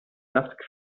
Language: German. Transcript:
saft